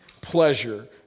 pleasure